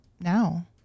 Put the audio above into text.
now